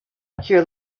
here